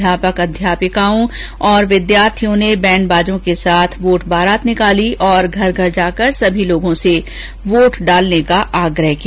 अध्यापक अध्यापिकाओं और विद्यार्थियों ने बैंड बाजों के साथ वोट बारात निकाली और घर घर जाकर सभी लोगों से वोट डालने का आग्रह किया